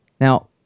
Now